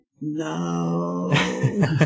no